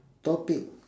topic